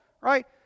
Right